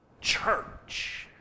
church